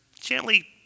gently